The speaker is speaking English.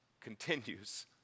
continues